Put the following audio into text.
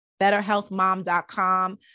BetterHealthMom.com